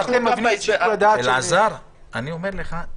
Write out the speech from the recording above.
אני אומר לך,